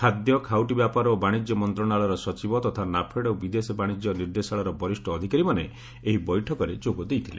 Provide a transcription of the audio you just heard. ଖାଦ୍ୟ ଖାଉଟି ବ୍ୟାପାର ଏବଂ ବାଣିଜ୍ୟ ମନ୍ତ୍ରଣାଳୟର ସଚିବ ତଥା ନାଫେଡ୍ ଓ ବିଦେଶ ବାଣିଜ୍ୟ ନିର୍ଦ୍ଦେଶାଳୟର ବରିଷ ଅଧିକାରୀମାନେ ଏହି ବୈଠକରେ ଯୋଗ ଦେଇଥିଲେ